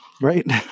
Right